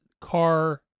car